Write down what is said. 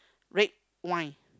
red wine